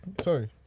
Sorry